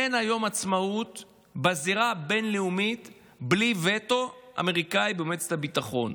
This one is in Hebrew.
אין היום עצמאות בזירה הבין-לאומית בלי וטו אמריקאי במועצת הביטחון.